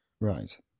right